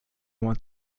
want